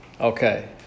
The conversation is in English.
Okay